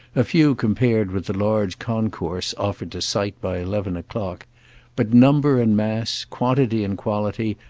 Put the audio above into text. a few compared with the large concourse offered to sight by eleven o'clock but number and mass, quantity and quality,